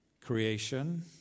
Creation